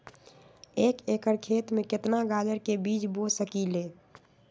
एक एकर खेत में केतना गाजर के बीज बो सकीं ले?